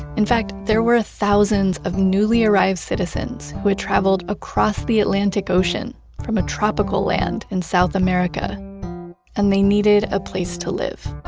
in fact, there were thousands of newly arrived citizens who had traveled across the atlantic ocean from a tropical land in south america and they needed a place to live